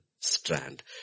strand